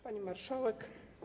Pani Marszałek!